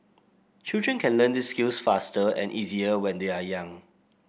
children can learn these skills faster and easier when they are young